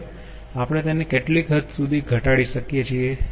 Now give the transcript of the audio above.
હવે આપણે તેને કેટલી હદ સુધી ઘટાડી શકીએ છીએ